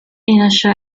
initial